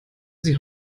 sie